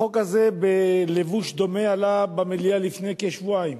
החוק הזה, בלבוש דומה, עלה במליאה לפני כשבועיים